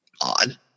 odd